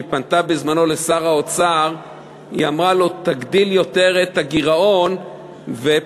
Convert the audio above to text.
כשהיא פנתה בזמנו לשר האוצר היא אמרה לו: תגדיל יותר את הגירעון ותוסיף